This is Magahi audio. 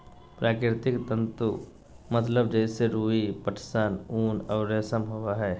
प्राकृतिक तंतु मतलब जैसे रुई, पटसन, ऊन और रेशम होबो हइ